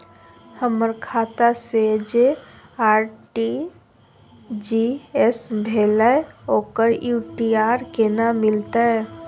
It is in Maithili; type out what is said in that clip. हमर खाता से जे आर.टी.जी एस भेलै ओकर यू.टी.आर केना मिलतै?